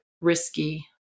risky